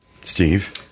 steve